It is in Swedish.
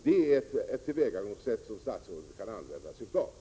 Det är ett tillvägagångssätt som statsrådet kan använda sig av.